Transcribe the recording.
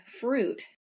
fruit